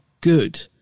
good